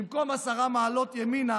במקום עשר מעלות ימינה,